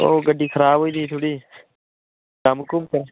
ओह् गाड्डी खराब होई दी थोह्ड़ी